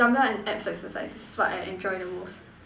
dumbbell and abs exercise is what I enjoy the most